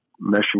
meshing